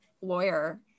lawyer